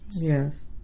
Yes